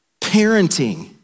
Parenting